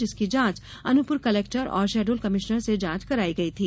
जिसकी जांच अनूपपुर कलेक्टर और शहडोल कमिश्नर से जांच कराई गई थी